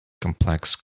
complex